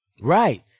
Right